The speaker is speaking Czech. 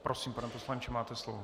Prosím, pane poslanče, máte slovo.